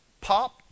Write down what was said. Pop